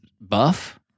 buff